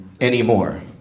anymore